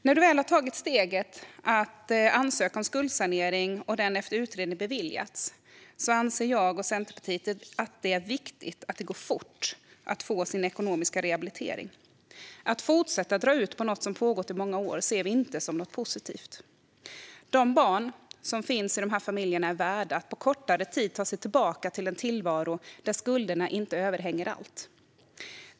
När man väl har tagit steget att ansöka om skuldsanering och den efter utredning beviljats anser jag och Centerpartiet att det är viktigt att det går fort att få sin ekonomiska rehabilitering. Att fortsätta dra ut på något som pågått i många år ser vi inte som något positivt. De barn som finns i dessa familjer är värda att på kortare tid ta sig tillbaka till en tillvaro där skulderna inte överhänger allt.